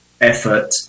effort